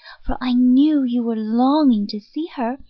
for i knew you were longing to see her.